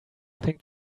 think